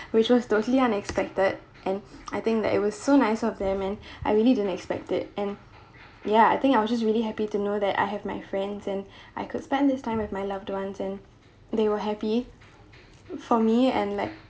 which was totally unexpected and I think that it was so nice of them and I really didn't expect it and ya I think I was just really happy to know that I have my friends and I could spend this time with my loved ones and they were happy for me and like